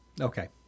Okay